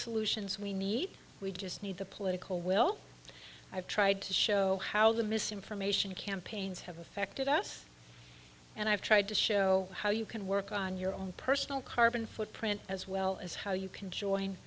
solutions we need we just need the political will i've tried to show how the misinformation campaigns have affected us and i've tried to show how you can work on your own personal carbon footprint as well as how you can join